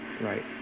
Right